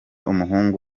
umuhungu